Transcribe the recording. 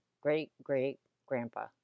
great-great-grandpa